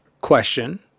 question